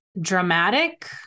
dramatic